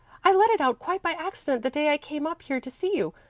i let it out quite by accident the day i came up here to see you.